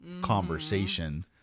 conversation